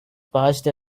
passed